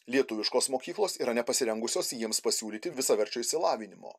lietuviškos mokyklos yra nepasirengusios jiems pasiūlyti visaverčio išsilavinimo